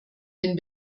den